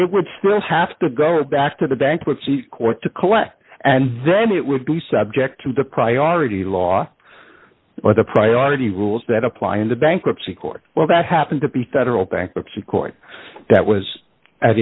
it would have to go back to the bankruptcy court to collect and then it would be subject to the priority law or the priority rules that apply in the bankruptcy court well that happened at the federal bankruptcy court that was a